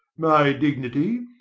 my dignity,